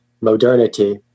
modernity